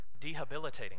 dehabilitating